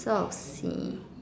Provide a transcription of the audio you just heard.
so